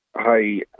Hi